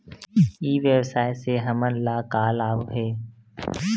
ई व्यवसाय से हमन ला का लाभ हे?